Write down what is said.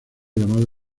llamado